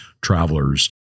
travelers